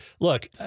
Look